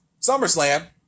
SummerSlam